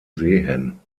sehen